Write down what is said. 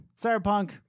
Cyberpunk